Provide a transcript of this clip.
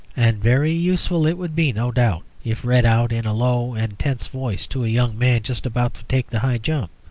and very useful it would be, no doubt, if read out in a low and tense voice to a young man just about to take the high jump.